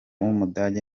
w’umudage